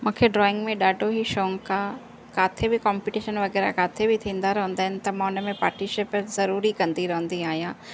मूंखे ड्राइंग में ॾाढो ई शौंक़ु आहे किथे बि कंपटीशन वग़ैरह किथे बि थींदा रहंदा आहिनि त मां हुनमें पार्टिशिपेट जरुरी कंदी रहदी आहियां